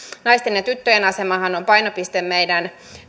naisten ja tyttöjen asemahan on painopiste meidän